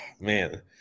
Man